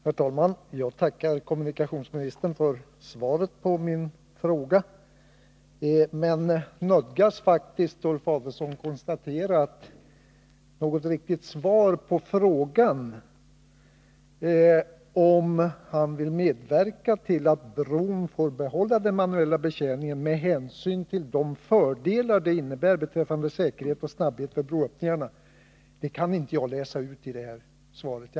Herr talman! Jag tackar kommunikationsministern för svaret på min fråga. Men jag nödgas faktiskt konstatera, att något riktigt svar på frågan om Ulf Adelsohn vill medverka till att bron får behålla den manuella betjäningen med hänsyn till de fördelar det innebär beträffande säkerhet och snabbhet vid broöppningarna kan jag inte läsa ut av det här svaret.